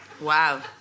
Wow